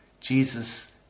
Jesus